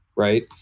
Right